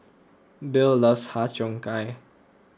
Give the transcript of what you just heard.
Bill loves Har Cheong Gai